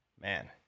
man